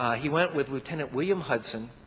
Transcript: he went with lieutenant william hudson,